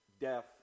death